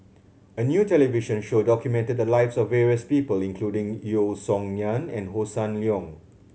a new television show documented the lives of various people including Yeo Song Nian and Hossan Leong